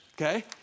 okay